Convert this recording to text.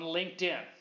LinkedIn